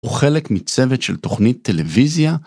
וחלק מצוות של תוכנית טלוויזיה.